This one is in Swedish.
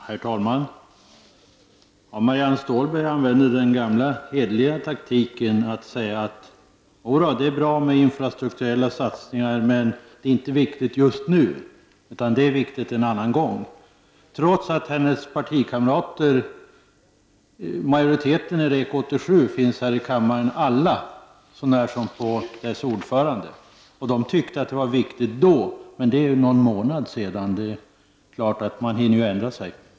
Herr talman! Marianne Stålberg använde den gamla hederliga taktiken och sade: Det är bra med infrastrukturella satsningar men det är inte viktigt just nu utan det blir viktigt någon annan gång. Majoriteten i REK 87, hennes partikamrater, finns i kammaren så när som på ordföranden, och de tyckte att det var viktigt. Det är ju någon månad sedan, så det är klart att man hunnit ändra sig.